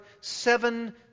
seven